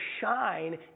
shine